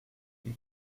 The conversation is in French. ils